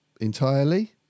entirely